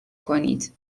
کنید